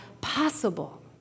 possible